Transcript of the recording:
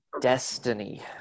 Destiny